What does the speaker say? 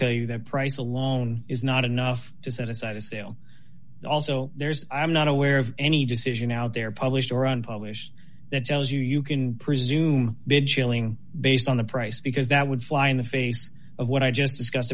tell you that price alone is not enough to set aside a sale also there's i'm not aware of any decision out there published or unpublished that tells you you can presume big shilling based on the price because that would fly in the face of what i just discuss